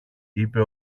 είπε